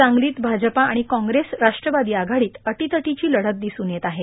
सांगलीत भाजपा आणि काँग्रेस राष्ट्रवादी आघाडीत अटीतटीची लढत दिसून येत आहे